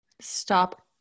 stop